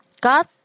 God